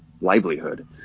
livelihood